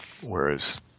Whereas